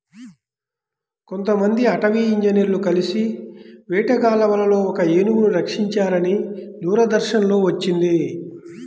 కొంతమంది అటవీ ఇంజినీర్లు కలిసి వేటగాళ్ళ వలలో ఒక ఏనుగును రక్షించారని దూరదర్శన్ లో వచ్చింది